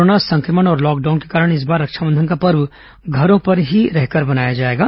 corona संक्रमण और lockdown को कारण इस बार रक्षाबंधन का पर्व घरों पर ही रहकर मनाया जाएगा